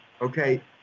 Okay